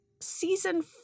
season